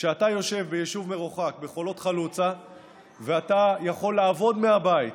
כשאתה יושב ביישוב מרוחק בחולות חלוצה ואתה יכול לעבוד מהבית